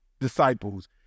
disciples